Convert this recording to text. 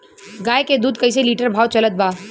गाय के दूध कइसे लिटर भाव चलत बा?